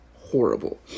horrible